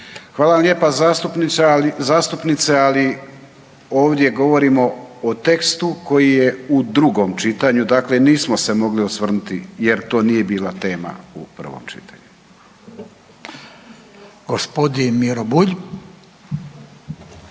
vam lijepa zastupnice, ali ovdje govorimo o tekstu koji je u drugom čitanju, dakle nismo se mogli osvrnuti, jer to nije bila tema u prvom čitanju.